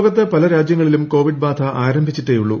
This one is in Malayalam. ലോകത്ത് പല രാജ്യങ്ങളിലും കോവിഡ് ബാധ ആരംഭിച്ചിട്ടേയുള്ളു